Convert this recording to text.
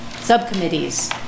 subcommittees